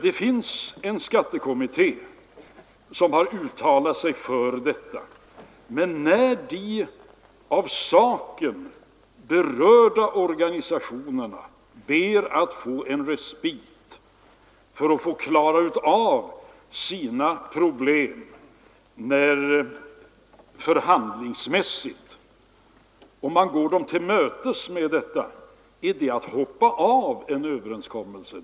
Det finns en skattekommitté som har uttalat sig för detta. Men när de av saken berörda organisationerna ber att få en respit för att kunna klara av sina problem förhandlingsmässigt och man går dem till mötes, är det att hoppa av en överenskommelse?